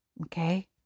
okay